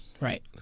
right